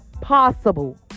possible